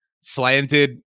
slanted